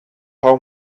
how